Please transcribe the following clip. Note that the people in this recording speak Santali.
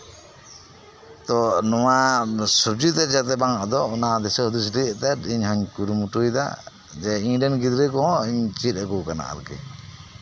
ᱛᱚ ᱱᱚᱣᱟ ᱥᱚᱵᱡᱤ ᱛᱮᱜ ᱡᱟᱛᱮ ᱵᱟᱝ ᱟᱫᱚᱜ ᱟᱹᱰᱤ ᱟᱸᱴ ᱤᱧ ᱦᱚᱧ ᱠᱩᱨᱩᱢᱩᱴᱩᱭᱮᱫᱟ ᱤᱧ ᱨᱮᱱ ᱜᱤᱫᱽᱨᱟᱹ ᱦᱚᱠᱚ ᱪᱮᱫ ᱟᱠᱚ ᱠᱟᱱᱟ